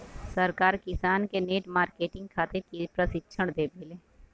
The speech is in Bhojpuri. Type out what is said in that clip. सरकार किसान के नेट मार्केटिंग खातिर प्रक्षिक्षण देबेले?